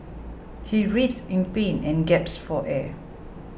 he writhed in pain and gasped for air